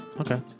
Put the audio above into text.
Okay